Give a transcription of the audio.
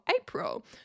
April